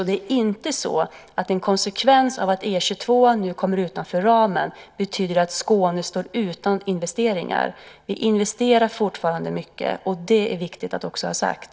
Det är inte så att Skåne, som en konsekvens av att E 22:an nu kommer utanför ramen, står utan investeringar. Vi investerar fortfarande mycket, och det är det viktigt att också ha sagt.